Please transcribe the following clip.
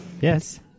yes